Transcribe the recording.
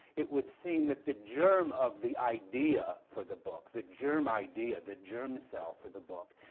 it would seem that the germ of the idea for the book, the germ idea, the germ cell for the book,